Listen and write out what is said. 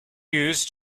used